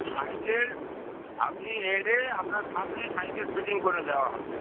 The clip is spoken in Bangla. সাইকেল আপনি এলে আপনার সামনে সাইকেল ফিটিং করে দেওয়া হবে